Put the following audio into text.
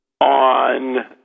on